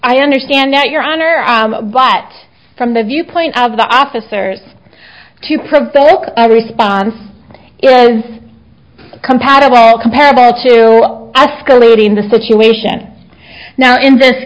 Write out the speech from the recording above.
i understand that your honor i but from the viewpoint of the officer to provoke a response it was compatible all comparable to escalating the situation now in this